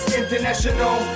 international